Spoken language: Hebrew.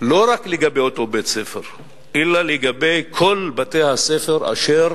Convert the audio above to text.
לא רק לגבי אותו בית-ספר אלא לגבי כל בתי-הספר אשר